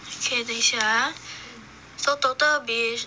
okay 等一下 ah so total will be